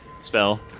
Spell